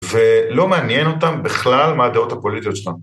ולא מעניין אותם בכלל מה הדעות הפוליטיות שלהם.